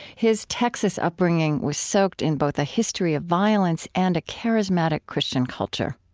his texas upbringing was soaked in both a history of violence and a charismatic christian culture.